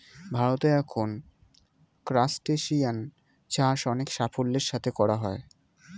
ভারতে এখন ক্রাসটেসিয়ান চাষ অনেক সাফল্যের সাথে করা হয়